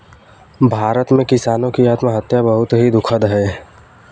भारत में किसानों की आत्महत्या बहुत ही दुखद है